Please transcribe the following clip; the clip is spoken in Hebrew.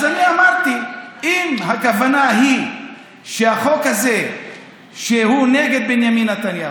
אז אמרתי שאם הכוונה שהחוק הזה הוא נגד בנימין נתניהו,